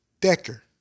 Decker